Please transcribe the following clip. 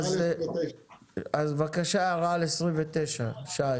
אז בבקשה, הערה על 29 שי.